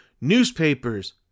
newspapers